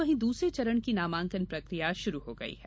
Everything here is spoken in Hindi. वहीं दूसरे चरण की नामांकन प्रकिया शुरू हो गयी है